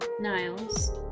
Niles